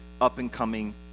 up-and-coming